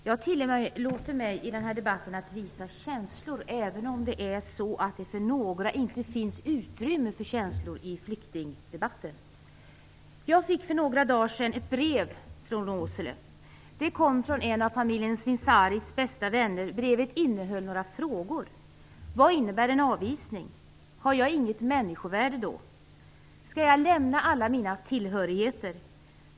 Fru talman! Jag tillåter mig i den här debatten att visa känslor, även om det för några inte finns utrymme för känslor i flyktingdebatten. Jag fick för några dagar sedan ett brev från Åsele. Det kom från en av familjen Sincaris bästa vänner. Brevet innehöll några frågor: - Vad innebär en avvisning? - Har jag inget människovärde då? - Skall jag lämna alla mina tillhörigheter?